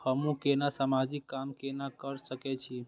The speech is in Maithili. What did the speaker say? हमू केना समाजिक काम केना कर सके छी?